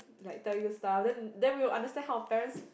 like tell you stuff then then we would understand how parents